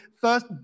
first